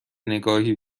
نگاهی